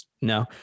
No